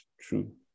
true